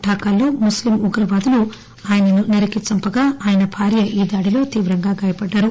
ధాకాలో ముస్లిం ఉగ్రవాదులు ఆయనను నరికి చంపగా ఆయన భార్య ఈ దాడిలో తీవ్రంగా గాయపడ్డారు